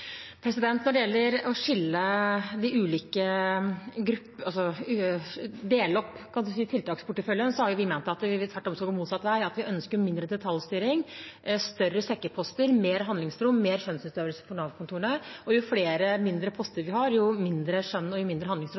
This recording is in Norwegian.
Når det gjelder å dele opp tiltaksporteføljen, har vi ment at vi tvert imot skal gå motsatt vei. Vi ønsker mindre detaljstyring, større sekkeposter, mer handlingsrom og mer skjønnsutøvelse for Nav-kontorene. Jo flere mindre poster vi har, jo mindre skjønn og